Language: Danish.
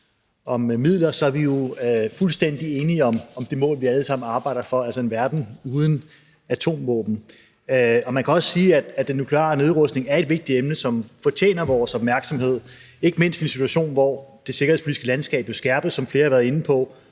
om midler er vi jo fuldstændig enige om det mål, vi alle sammen arbejder for, altså en verden uden atomvåben. Man må også sige, at den nukleare nedrustning er et vigtigt emne, som fortjener vores opmærksomhed, ikke mindst i en situation, hvor det sikkerhedspolitiske landskab er skærpet, hvad flere har været inde på,